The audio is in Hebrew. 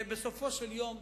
בסופו של יום,